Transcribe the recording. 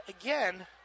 again